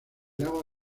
lago